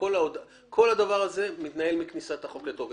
כל הדבר הזה מתנהל מכניסת החוק לתוקף.